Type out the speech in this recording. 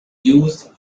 used